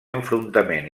enfrontament